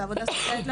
בעבודה סוציאלית,